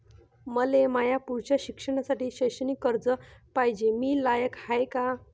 मले माया पुढच्या शिक्षणासाठी शैक्षणिक कर्ज पायजे, मी लायक हाय का?